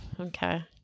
okay